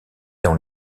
dans